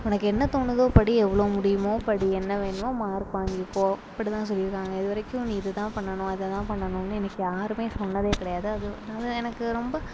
உனக்கு என்ன தோணுதோ படி எவ்வளோ முடியுமோ படி என்ன வேணுமோ மார்க் வாங்கிக்கோ அப்படி தான் சொல்லியிருக்காங்க இது வரைக்கும் நீ இது தான் பண்ணனும் அது தான் பண்ணனும்னு எனக்கு யாரும் சொன்னது கிடையாது அது அது எனக்கு ரொம்ப